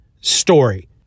story